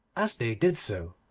as they did so,